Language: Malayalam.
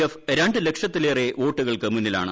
എപ്ഥ് രണ്ടു ലക്ഷത്തിലേറെ വോട്ടു കൾക്ക് മുന്നിലാണ്